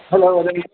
hello वदामि